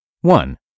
One